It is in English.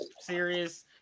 serious